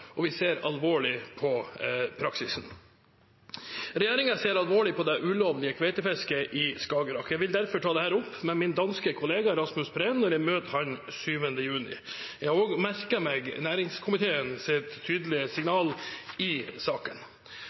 og vi ser alvorlig på praksisen. Regjeringen ser alvorlig på det ulovlige kveitefisket i Skagerrak. Jeg vil derfor ta dette opp med min danske kollega, Rasmus Prehn, når jeg møter ham 7. juni. Jeg har også merket meg næringskomiteens tydelige signal i saken.